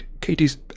katie's